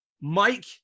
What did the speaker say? Mike